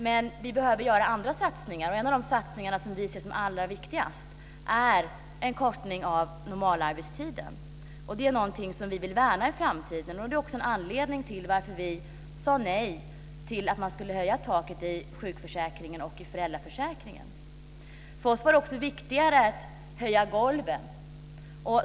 Men vi behöver göra andra satsningar, och en av de satsningar som vi ser som allra viktigast är en kortning av normalarbetstiden. Det är någonting som vi vill värna i framtiden. Det var också en anledning till att vi sade nej till att höja taken i sjuk och föräldraförsäkringen. För oss var det viktigare att höja golven.